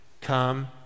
come